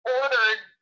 ordered